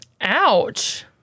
Ouch